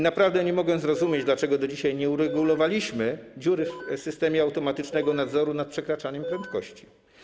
Naprawdę nie mogę zrozumieć, dlaczego do dzisiaj nie uregulowaliśmy dziury w systemie automatycznego nadzoru nad przekraczaniem prędkości.